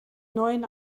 neuen